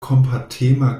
kompatema